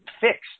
fixed